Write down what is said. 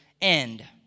end